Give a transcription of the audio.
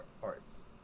parts